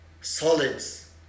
solids